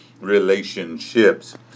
relationships